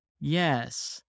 yes